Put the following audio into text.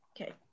Okay